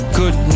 good